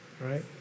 right